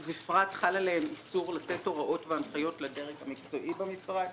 בפרט חל עליהם איסור לתת הוראות והנחיות לדרג המקצועי במשרד.